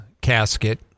casket